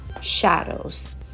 shadows